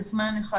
בזמן אחד,